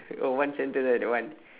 oh one sentence right that one